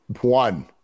one